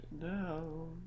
No